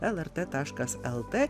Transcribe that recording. lrt taškas lt